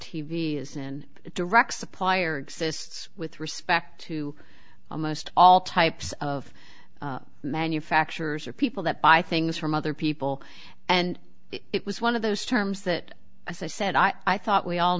v isn't a direct supplier exists with respect to almost all types of manufacturers or people that buy things from other people and it was one of those terms that as i said i thought we all